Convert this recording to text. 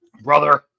Brother